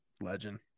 legend